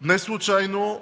Неслучайно